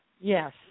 Yes